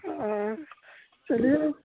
چلیے